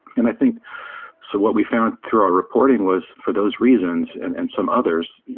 and i think so what we found through our reporting was, for those reasons and and some others,